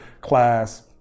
class